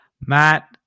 Matt